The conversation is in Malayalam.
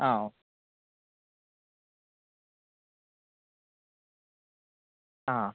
ആ ഒ ആ